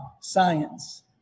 science